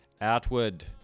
outward